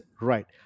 right